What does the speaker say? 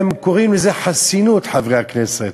הם קוראים לזה חסינות חברי הכנסת,